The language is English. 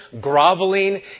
groveling